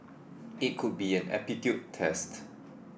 it could be an aptitude test